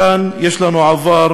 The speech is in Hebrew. כאילו היינו עשרים בלתי אפשרי בלוד,